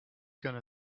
gonna